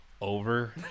over